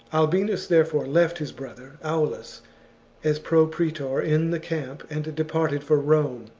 albinus, there fore, left his brother aulus as pro-praetor in the camp, and departed for rome.